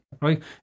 Right